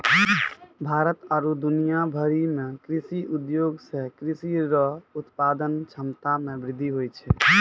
भारत आरु दुनिया भरि मे कृषि उद्योग से कृषि रो उत्पादन क्षमता मे वृद्धि होलै